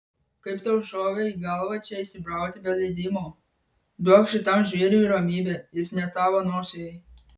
kaip tau šovė į galvą čia įsibrauti be leidimo duok šitam žvėriui ramybę jis ne tavo nosiai